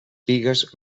pigues